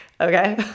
okay